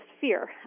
fear